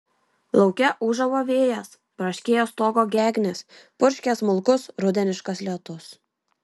lauke ūžavo vėjas braškėjo stogo gegnės purškė smulkus rudeniškas lietus